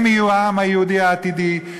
הם יהיו העם היהודי העתידי,